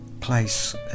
place